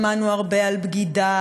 שמענו הרבה על בגידה,